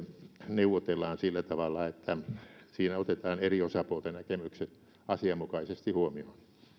neuvotellaan sillä tavalla että siinä otetaan eri osapuolten näkemykset asianmukaisesti huomioon